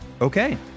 Okay